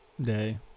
day